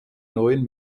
neuen